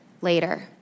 later